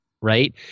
right